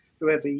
whoever